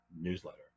newsletter